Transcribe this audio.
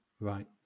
right